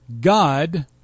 God